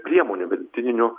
priemonių medicininių